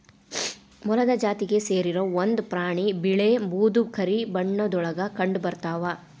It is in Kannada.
ಮೊಲದ ಜಾತಿಗೆ ಸೇರಿರು ಒಂದ ಪ್ರಾಣಿ ಬಿಳೇ ಬೂದು ಕರಿ ಬಣ್ಣದೊಳಗ ಕಂಡಬರತಾವ